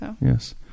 Yes